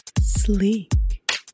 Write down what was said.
Sleek